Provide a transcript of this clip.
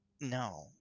No